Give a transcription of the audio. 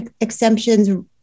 exemptions